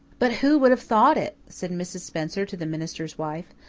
but who would have thought it? said mrs. spencer to the minister's wife.